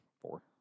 Four